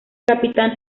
capitán